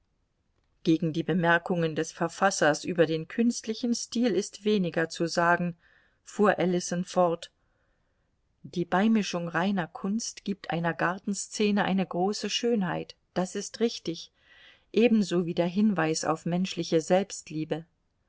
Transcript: gegen die bemerkungen des verfassers über den künstlichen stil ist weniger zu sagen fuhr ellison fort die beimischung reiner kunst gibt einer gartenszene eine große schönheit das ist richtig ebenso wie der hinweis auf menschliche selbstliebe